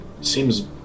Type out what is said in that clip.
Seems